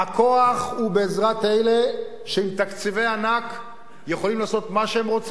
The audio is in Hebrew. הכוח הוא בעזרת אלה שעם תקציבי ענק יכולים לעשות מה שהם רוצים,